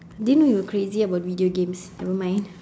didn't know you were crazy about video games nevermind